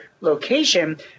location